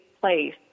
place